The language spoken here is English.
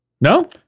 No